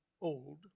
old